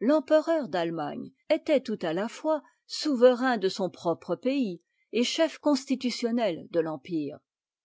l'empereur d'allemagne était tout à la fois souverain de son propre pays et chef constitutionnel de l'empire